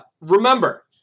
Remember